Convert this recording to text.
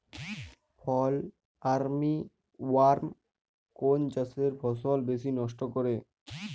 ফল armyworm কোন চাষের ফসল বেশি নষ্ট করে?